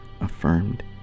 affirmed